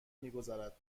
میگذرد